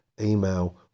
email